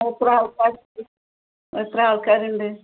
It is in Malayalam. നിങ്ങൾ എത്ര ആൾക്കാരുണ്ട് എത്ര ആൾക്കാരുണ്ട്